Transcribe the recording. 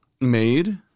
Made